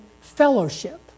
fellowship